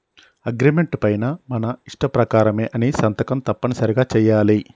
agreement పైన మన ఇష్ట ప్రకారమే అని సంతకం తప్పనిసరిగా చెయ్యాలి